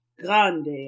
Grande